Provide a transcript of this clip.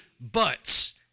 buts